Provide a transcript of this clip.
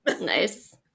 Nice